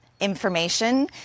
information